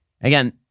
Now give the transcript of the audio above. Again